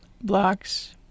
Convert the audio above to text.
blocks